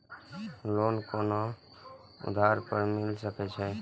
Loan कोन आधार पर मिल सके छे?